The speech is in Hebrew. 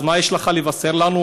אז מה יש לך לבשר לנו?